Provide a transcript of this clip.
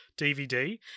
DVD